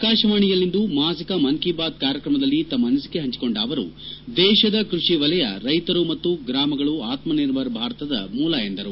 ಆಕಾಶವಾಣಿಯಲ್ಲಿಂದು ಮಾಸಿಕ ಮನ್ ಕಿ ಬಾತ್ ಕಾರ್ಯಕ್ರಮದಲ್ಲಿ ತಮ್ನ ಅನಿಸಿಕೆ ಹಂಚಿಕೊಂಡ ಅವರು ದೇಶದ ಕೃಷಿವಲಯ ರೈಶರು ಮತ್ತು ಗ್ರಾಮಗಳು ಆತ್ಪ ನಿರ್ಭರ ಭಾರತದ ಮೂಲ ಎಂದರು